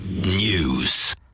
News